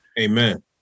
Amen